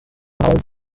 powered